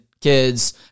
kids